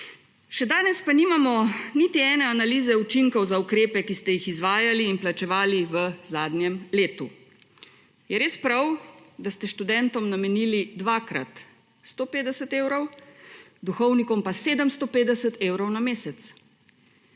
Še danes pa nimamo niti ene analize učinkov za ukrepe, ki ste jih izvajali in plačevali v zadnjem letu. Je res prav, da ste študentom namenili dvakrat 150 evrov, duhovnikom pa 750 evrov na mesec?